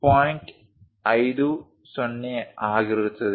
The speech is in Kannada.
50 ಆಗಿರುತ್ತದೆ